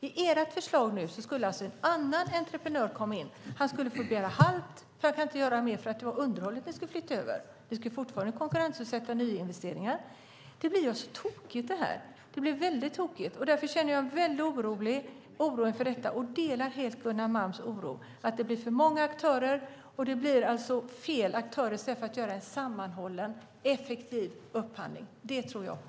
I ert förslag skulle en annan entreprenör komma in. Han skulle få göra halt då han inte kan göra mer eftersom ni har flyttat över underhållet. Ni ska fortfarande konkurrensutsätta nyinvesteringar. Det blir väldigt tokigt. Därför känner jag en väldig oro inför detta. Jag delar helt Gunnar Malms oro för att det blir för många aktörer och fel aktörer, i stället för att göra en sammanhållen och effektiv upphandling. Det tror jag på.